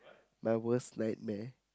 my worst nightmare